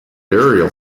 burial